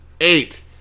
eight